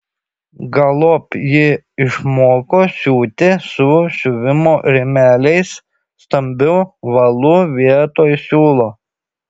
galop ji išmoko siūti su siuvimo rėmeliais stambiu valu vietoj siūlo